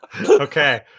Okay